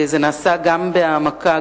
זה נעשה גם בהעמקה,